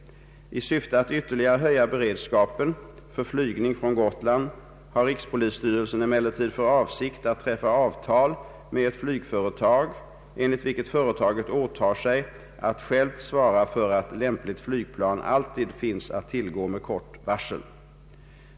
I syfte att ytterligare höja beredskapen för flygning från Gotland har rikspolisstyrelsen emellertid för avsikt att träffa avtal med ett flygföretag, enligt vilket företaget åtager sig att självt svara för att lämpligt flygplan alltid finns att tillgå med kort varsel.